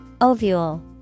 Ovule